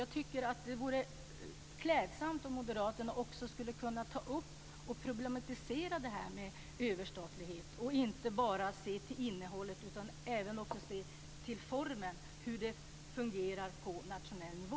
Jag tycker att det vore klädsamt om också Moderaterna skulle kunna ta upp och problematisera detta med överstatlighet och inte bara se till innehållet utan även till formen och hur det fungerar på nationell nivå.